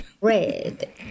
Red